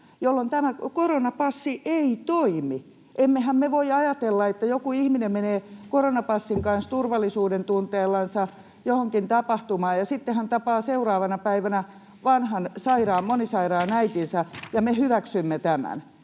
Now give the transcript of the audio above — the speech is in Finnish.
jolloin tämä koronapassi ei toimi. Emmehän me voi ajatella, että joku ihminen menee koronapassin kanssa turvallisuudentunteellansa johonkin tapahtumaan ja sitten hän tapaa seuraavana päivänä vanhan monisairaan äitinsä ja me hyväksymme tämän.